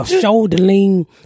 shoulder-lean